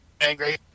angry